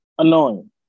Annoying